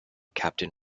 captain